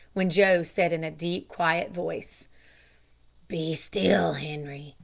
when joe said in a deep, quiet voice be still, henri.